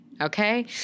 Okay